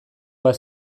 bat